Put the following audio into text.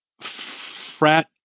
frat